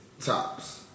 tops